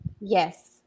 yes